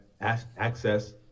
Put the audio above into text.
access